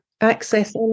access